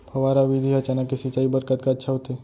फव्वारा विधि ह चना के सिंचाई बर कतका अच्छा होथे?